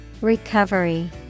Recovery